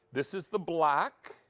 this is the black.